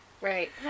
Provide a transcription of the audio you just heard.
Right